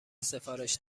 سفارش